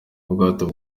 ubwato